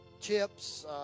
chips